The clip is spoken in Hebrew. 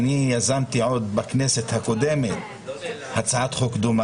אי אפשר כמובן לפתוח את הדיון